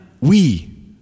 oui